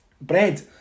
bread